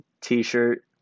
t-shirt